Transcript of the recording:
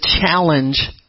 challenge